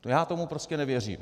To já tomu prostě nevěřím.